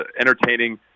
entertaining